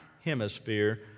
hemisphere